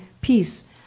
peace